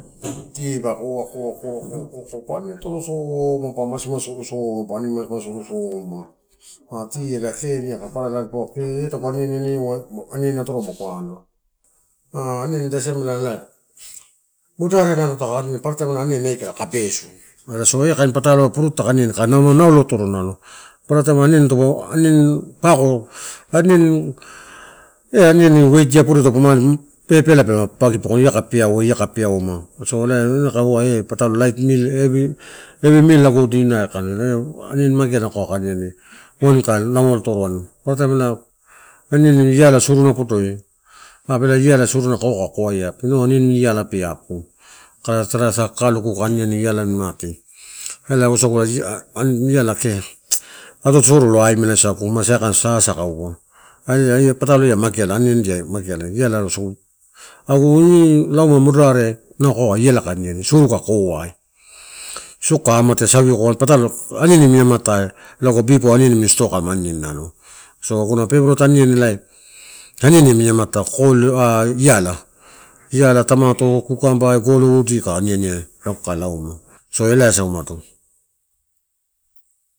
Tea dapa koa, koa, koa, koa, koa pa ani atorosoma pa masu, musu, masuru soma pa ani musu, masuru soma tea ela keeniaka papara nalo dipaua kee eh tagu aniani ani, anianiua niani atoro magu ah aniani ida siamela ela, modarare taka ariru paparataim aniani tape aikala kai besu. So eh kain pataloua fruit taka aniani kai naulo atoro nalo. Paparataim aniani tapa aniani pako aniani eh aniani weight dia podoi tagu ma pepeala kalama papagipekoina ma ia kai, peauai iakai peaau ma so nalo kaua eh patalo light meal heavy meal lago dinner ai kai, aniani magea nalo kaua kai aniani wain ka naulo atoro. Aniani iala suruna podoi apu ela iala suruna nalo kau kai koaia inau aniani ialabea apuku tara kakaluku kai. Aniani ialan mati. Iala kee atoatosoro aimalasagu, sasa kaiua eh patalo magea anianidia mageala. Iala uasagu, agu iniini lauma moderare nalo kaua iala kai aniani, suru kai koai sokai amatia sovioko patalo aniani amini amatai logo before aniani anini store kamalo aniani. So aguna peveret aniani la aniani amini amatai kokoleu, ah iala-iala, tomato, kukamba, golo udi kai aniani ai logo kai lauma, so elaisa umado.